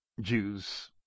Jews